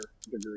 degree